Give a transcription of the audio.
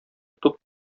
туп